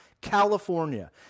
california